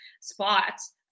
spots